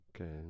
Okay